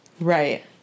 Right